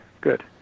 good